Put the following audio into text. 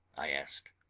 i asked.